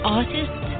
artist